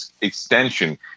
extension